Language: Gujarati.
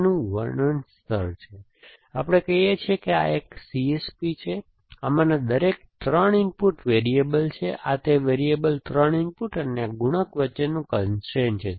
તેનું વર્ણન સ્તર છે આપણે કહીએ છીએ કે આ એક CSP છે આમાંના દરેક 3 ઇનપુટ વેરીએબલ છે આ તે વેરીએબલ 3 ઇનપુટ અને આ ગુણક વચ્ચેનું કન્સ્ટ્રેઇન છે